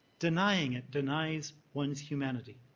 denying it denies ones humanity.